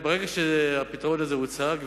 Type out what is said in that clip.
מכיוון שהפתרון הזה הוצג,